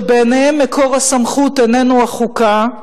שבעיניהם מקור הסמכות איננו החוקה,